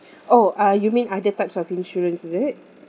oh uh you mean other types of insurance is it